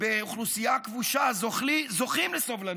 באוכלוסייה כבושה, זוכים לסובלנות,